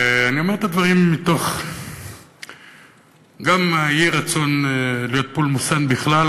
אני אומר את הדברים מתוך גם אי-רצון להיות פולמוסן בכלל,